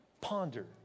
Ponder